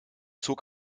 zog